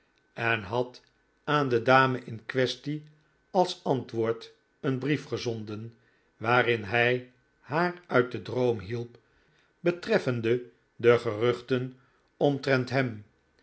en had aan de dame in quaestie als antwoord een brief gezonden waarin hij haar uit den droom hielp betreffende de geruchten omtrent hem